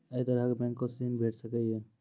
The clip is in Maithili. ऐ तरहक बैंकोसऽ ॠण भेट सकै ये?